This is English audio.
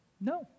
No